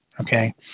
okay